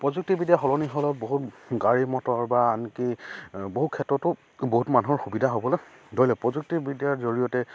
প্ৰযুক্তিবিদ্যা সলনি হ'লে বহুত গাড়ী মটৰ বা আনকি বহু ক্ষেত্ৰতো বহুত মানুহৰ সুবিধা হ'বলৈ ধৰিলে প্ৰযুক্তিবিদ্যাৰ জৰিয়তে